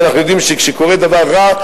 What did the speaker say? ואנחנו יודעים שכשקורה דבר רע,